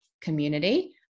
community